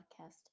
podcast